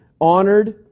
honored